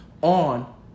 on